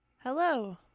Hello